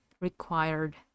required